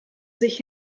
sich